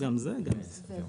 גדול זה עניין יחסי.